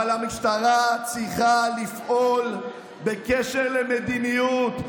אבל המשטרה צריכה לפעול בקשר למדיניות.